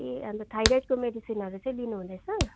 ए अन्त थाइराइडको मेडिसिनहरू चाहिँ लिनुहुँदैछ